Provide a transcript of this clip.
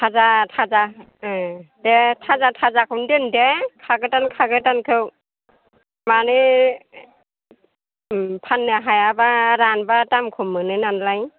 थाजा थाजा दे थाजा थाजाखौनो दोन दे खागोदान खागोदानखौ माने फाननो हायाबा रानबा दाम खम मोनो नालाय